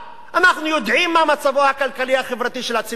אנחנו יודעים מה מצבו הכלכלי-החברתי של הציבור הערבי.